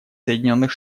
соединенных